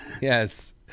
yes